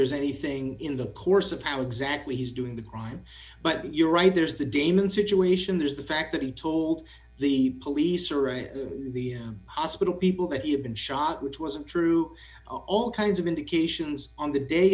there's anything in the course of how exactly he's doing the crime but you're right there's the demon situation there's the fact that he told the police or a the hospital people that you've been shot which wasn't true all kinds of indications on the day